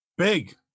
Big